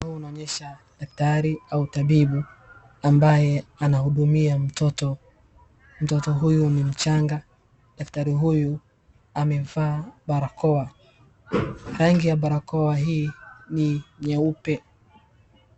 Mchoro huu unaonyesha daktari au tabibu ambaye anahudumia mtoto. Mtoto huyu ni mchanga. Daktari huyu amevaa barakoa. Rangi ya barakoa hii ni nyeupe.